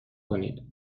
کنید